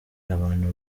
abantu